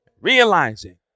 Realizing